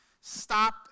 Stop